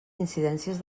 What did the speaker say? incidències